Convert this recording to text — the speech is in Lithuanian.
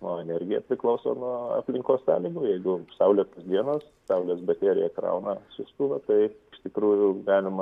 o energija priklauso nuo aplinkos sąlygų jeigu saulėtą dieną saulės bateriją įkrauna siųstuvą tai iš tikrųjų galima